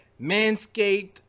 Manscaped